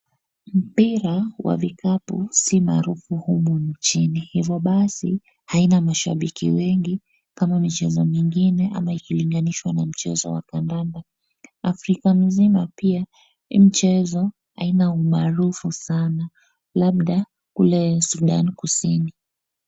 Mpira wa vikapu si maarufu humu nchini, hivyo basi haina mashabiki wengi kama michezo mingine ama ikilinganishwa na mchezo wa kandanda. Afrika nzima pia, huu mchezo haina umaarufu sana, labda kule Sudan kusini.